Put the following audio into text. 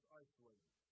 isolated